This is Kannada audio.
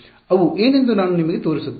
ಅವು ಏನೆಂದು ನಾನು ನಿಮಗೆ ತೋರಿಸುತ್ತೇನೆ